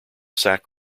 sack